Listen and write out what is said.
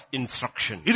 instruction